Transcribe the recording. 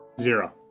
Zero